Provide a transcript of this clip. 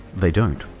they don't.